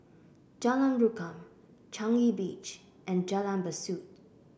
Jalan Rukam Changi Beach and Jalan Besut